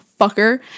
fucker